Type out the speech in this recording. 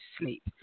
sleep